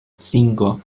cinco